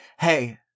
Hey